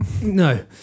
No